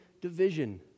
division